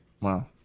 Wow